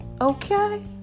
okay